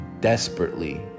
desperately